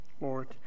Lord